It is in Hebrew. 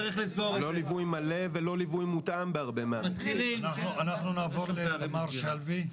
אנחנו נעבור לתמר שלוי.